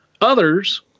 Others